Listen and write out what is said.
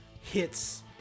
HIT's